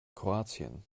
kroatien